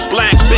Black